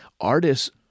Artists